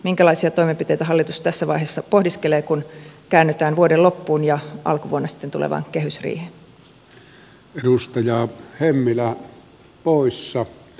minkälaisia toimenpiteitä hallitus tässä vaiheessa pohdiskelee kun käännytään vuoden loppuun ja alkuvuonna sitten tulevaan kehysriiheen